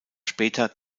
später